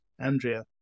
Andrea